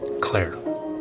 Claire